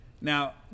Now